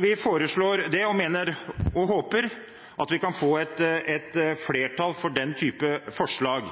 Vi foreslår dette og håper å få flertall for denne type forslag.